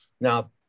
Now